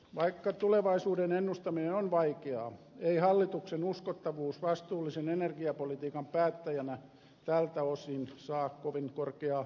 vaikka tulevaisuuden ennustaminen on vaikeaa ei hallituksen uskottavuus vastuullisen energiapolitiikan päättäjänä tältä osin saa kovin korkeaa arvosanaa